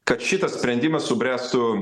kad šitas sprendimas subręstų